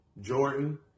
Jordan